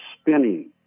spinning